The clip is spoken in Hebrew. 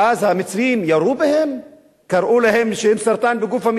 אם חבר כנסת, אז, כשהיהודים, למה להפריע לו?